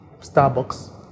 Starbucks